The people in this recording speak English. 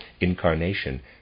incarnation